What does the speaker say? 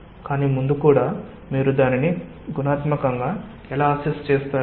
కానీ ముందు కూడా మీరు దానిని క్వాలిటేటివ్ గా ఎలా అసెస్ చేస్తారు